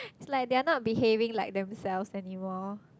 like they're not behaving like themselves anymore